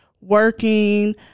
working